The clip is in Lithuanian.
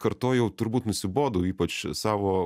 kartu jau turbūt nusibodau ypač savo